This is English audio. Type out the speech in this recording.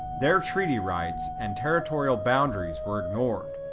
their treaty rights and territorial boundaries were ignored.